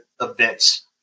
events